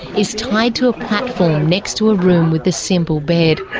is tied to a platform next to a room with a simple bed.